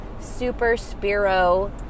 super-spiro